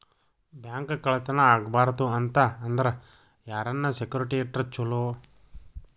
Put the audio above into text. Bank ಕಳ್ಳತನಾ ಆಗ್ಬಾರ್ದು ಅಂತ ಅಂದ್ರ ಯಾರನ್ನ ಸೆಕ್ಯುರಿಟಿ ಇಟ್ರ ಚೊಲೊ?